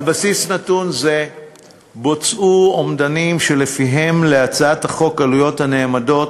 על בסיס נתון זה בוצעו אומדנים שלפיהם להצעת החוק עלויות הנאמדות